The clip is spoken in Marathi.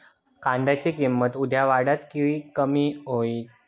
कांद्याची किंमत उद्या वाढात की कमी होईत?